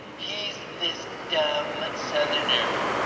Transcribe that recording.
he's this dumb southinner.